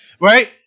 right